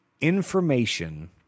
Information